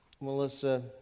Melissa